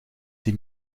die